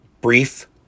brief